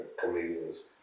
comedians